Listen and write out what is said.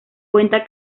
cuenta